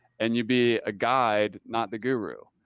and you be a guide, not the guru.